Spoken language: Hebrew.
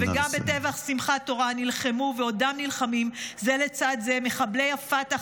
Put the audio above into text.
-- וגם בטבח שמחת תורה נלחמו ועודם נלחמים זה לצד זה מחבלי הפתח,